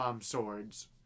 swords